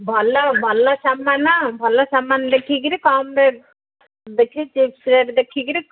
ଭଲ ଭଲ ସାମାନ ଭଲ ସାମାନ ଲେଖିକିରି କମ ରେଟ୍ ଦେଖି ଚିପ୍ ରେଟ୍ ଦେଖିକିରି